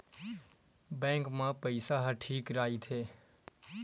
Bank मा पईसा ह ठीक राइथे?